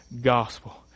gospel